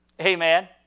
Amen